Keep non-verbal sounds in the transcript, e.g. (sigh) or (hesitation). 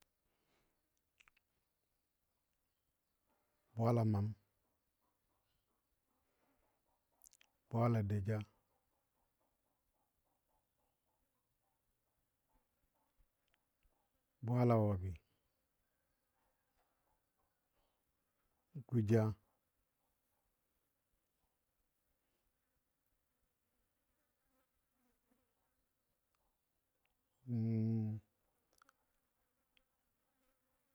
Bwaala maam, bwaala dou ja, bwaala wabi,. bwaala guja. (noise) (hesitation)